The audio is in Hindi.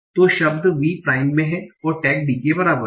तो शब्द V प्राइम में है और टैग D के बराबर है